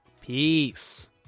Peace